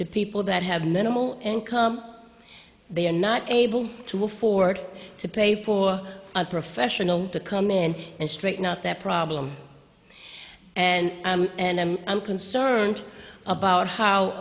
to people that have minimal income they are not able to afford to pay for a professional to come in and straighten out their problem and i'm concerned about how